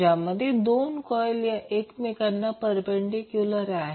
ज्यामध्ये 2 कॉइल या एकमेकांना परपेंडीक्युलर आहेत